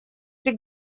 при